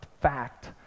fact